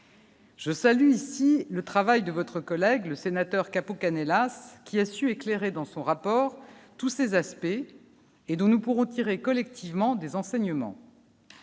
Je salue ici le travail de votre collègue, le sénateur Capo Canellas, hélas, qui a su éclairer dans son rapport, tous ces aspects et d'nous pourrons tirer collectivement des enseignements.